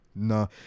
No